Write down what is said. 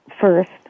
first